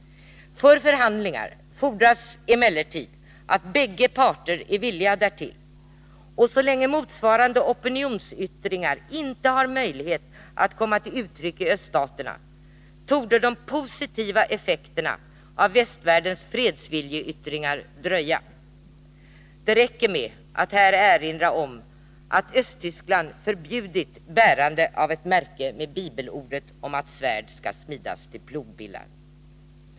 För förhandlingar fordras emellertid att bägge parter är villiga därtill, och så länge motsvarande opinionsyttringar inte har möjlighet att komma uttryck i öststaterna torde de positiva effekterna av västvärldens fredsviljeyttringar dröja. Det räcker med att erinra om att Östtyskland har förbjudit bärande av ett märke med Bibelordet om att svärd skall smidas till plogbillar.